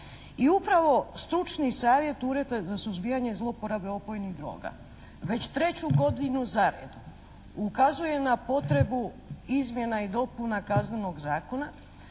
I upravo Stručni savjet Ureda za suzbijanje zlouporabe opojnih droga već treću godinu za redom ukazuje na potrebu izmjena i dopuna Kaznenog zakona